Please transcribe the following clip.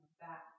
back